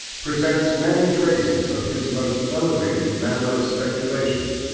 presents many traces of his most elevated manner of speculation,